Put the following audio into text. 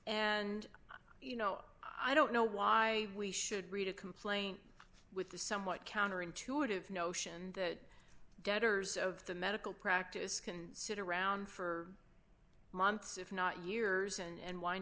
and you know i don't know why we should read a complaint with the somewhat counterintuitive notion that debtors of the medical practice can sit around for months if not years and wind